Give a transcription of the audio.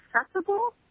accessible